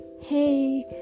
hey